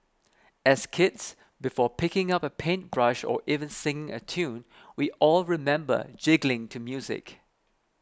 as kids before picking up a paintbrush or even singing a tune we all remember jiggling to music